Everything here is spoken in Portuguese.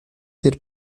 ter